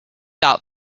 doubt